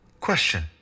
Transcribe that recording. Question